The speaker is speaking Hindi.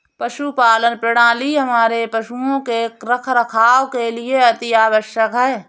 पशुपालन प्रणाली हमारे पशुओं के रखरखाव के लिए अति आवश्यक है